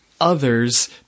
others